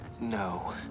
No